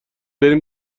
بریم